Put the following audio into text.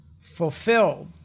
fulfilled